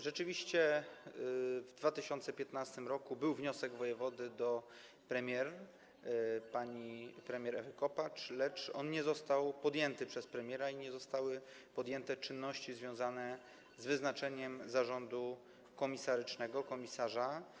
Rzeczywiście w 2015 r. był wniosek wojewody do premiera, pani premier Ewy Kopacz, lecz to nie zostało podjęte przez premiera i nie zostały podjęte czynności związane z wyznaczeniem zarządu komisarycznego, komisarza.